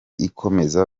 ikomeza